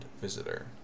visitor